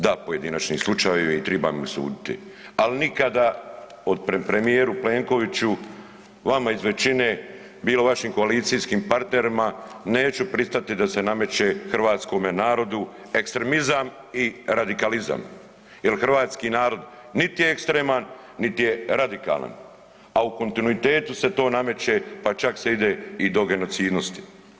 Da pojedinačnim slučajevima triba im suditi, al nikada premijeru Plenkoviću vama iz većine bilo vašim koalicijskim parterima neću pristati da se nameće hrvatskome narodu ekstremizam i radikalizam jel hrvatski narod niti je ekstreman, niti je radikalan, a u kontinuitetu se to nameće, pa čak se ide i do genocidnosti.